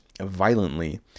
violently